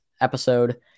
episode